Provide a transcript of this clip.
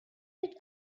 did